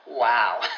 wow